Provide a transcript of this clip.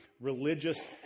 religious